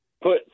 put